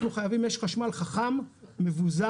אנחנו חייבים משק חשמל חכם, מבוזר,